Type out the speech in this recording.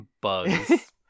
bugs